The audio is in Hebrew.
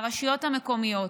הן הרשויות המקומיות.